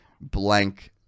blank